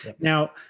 Now